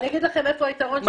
אני אגיד לכם איפה היתרון --- הוא